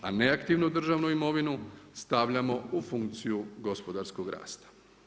A neaktivnu državnu imovinu, stavljamo u funkciju gospodarskog rasta.